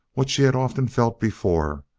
what she had often felt before,